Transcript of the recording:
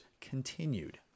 continued